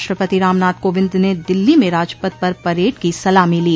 राष्ट्रपति रामनाथ कोविंद ने दिल्ली में राजपथ पर परेड की सलामी ली